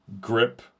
grip